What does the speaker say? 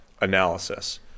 analysis